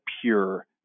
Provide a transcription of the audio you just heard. pure